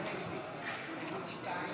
הסתייגות 2,